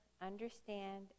understand